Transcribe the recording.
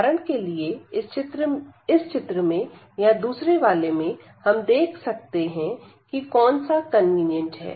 उदाहरण के लिए इस चित्र में या दूसरे वाले में हम यह देख सकते हैं कि कौन सा कन्वीनियंट है